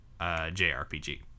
JRPG